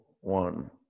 one